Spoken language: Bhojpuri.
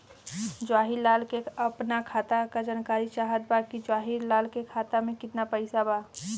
जवाहिर लाल के अपना खाता का जानकारी चाहत बा की जवाहिर लाल के खाता में कितना पैसा बा?